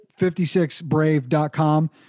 56brave.com